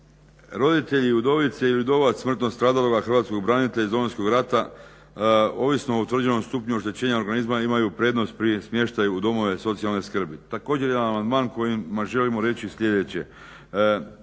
Roditelji, udovice ili udovac smrtno stradaloga hrvatskoga branitelja iz Domovinskog rata Ovisno o utvrđenom stupnju oštećenja organizma imaju prednost pri smještaju u domove socijalne skrbi. Također imam amandman kojima želimo reći sljedeće,